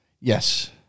Yes